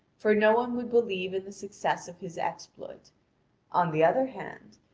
for no one would believe in the success of his exploit on the other hand,